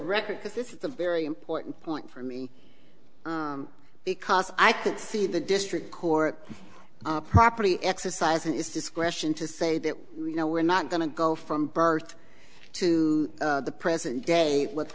record because this is a very important point for me because i could see the district court property exercising its discretion to say that you know we're not going to go from birth to the present day with